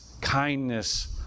kindness